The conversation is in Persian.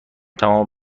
تمام